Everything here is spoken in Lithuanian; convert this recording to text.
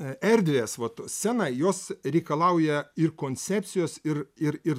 erdvės vat scena jos reikalauja ir koncepcijos ir ir ir